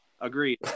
Agreed